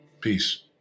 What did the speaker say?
Peace